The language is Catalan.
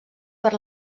per